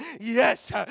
Yes